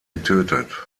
getötet